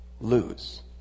lose